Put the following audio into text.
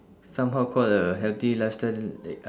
somehow called a healthy lifestyle that